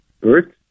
birth